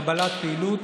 הגבלת פעילות),